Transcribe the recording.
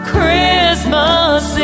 Christmas